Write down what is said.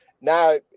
now